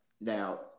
now